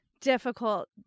difficult